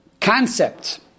concept